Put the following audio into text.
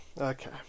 Okay